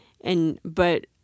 And—but